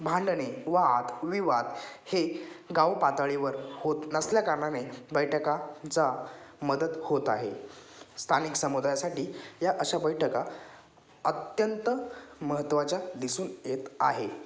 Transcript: भांडणे वादविवाद हे गाव पातळीवर होत नसल्या कारणाने बैठकांचा मदत होत आहे स्थानिक समुदायासाठी या अशा बैठका अत्यंत महत्त्वाच्या दिसून येत आहे